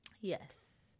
Yes